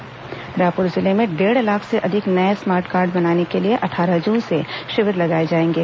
smart card शिविर रायपुर जिले में डेढ़ लाख से अधिक नए स्मार्ट कार्ड बनाने के लिए अट्ठारह जून से शिविर लगाए जाएंगे